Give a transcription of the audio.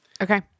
Okay